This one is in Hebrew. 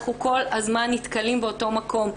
אנחנו כל הזמן נתקלים באותו מקום.